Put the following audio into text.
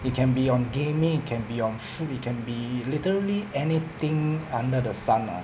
it can be on gaming it can be on food it can be literally anything under the sun ah